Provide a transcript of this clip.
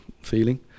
feeling